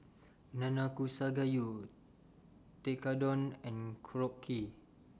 Nanakusa Gayu Tekkadon and Korokke